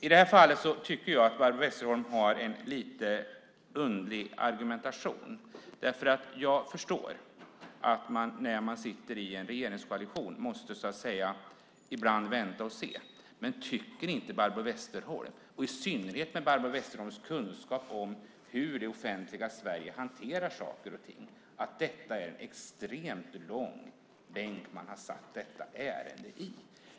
I det här fallet tycker jag att Barbro Westerholm har en lite underlig argumentation. Jag förstår att man, när man sitter i en regeringskoalition, ibland måste vänta och se. Men tycker inte Barbro Westerholm, i synnerhet med tanke på Barbro Westerholms kunskap om hur det offentliga Sverige hanterar saker och ting, att det är en extremt lång bänk som man har satt detta ärende i?